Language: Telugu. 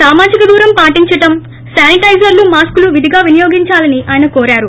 సామాజిక దూరం పాటించటం శానిజైర్లు మాస్కులు విధిగా వినియోగిందాలని ఆయన కోరారు